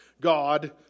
God